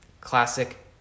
Classic